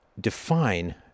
define